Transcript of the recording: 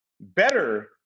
better